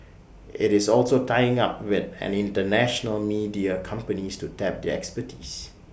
IT is also tying up with International media companies to tap their expertise